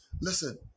Listen